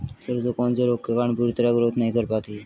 सरसों कौन से रोग के कारण पूरी तरह ग्रोथ नहीं कर पाती है?